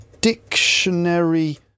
dictionary